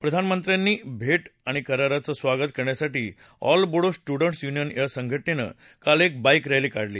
प्रधानमंत्र्यांची भेट आणि या कराराचं स्वागत करण्यासाठी ऑल बोडो स्टुडंट्स युनियन या संघटनेनं काल एक बाईक रस्ती काढली